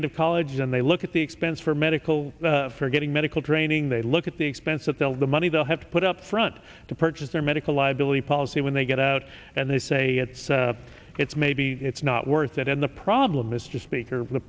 end of college and they look at the expense for medical for getting medical training they look at the expense that they will the money they'll have to put up front to purchase their medical liability policy when they get out and they say it's it's maybe it's not worth it in the problem mr speaker the